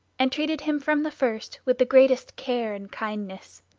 and treated him from the first with the greatest care and kindness.